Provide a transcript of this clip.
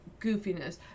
goofiness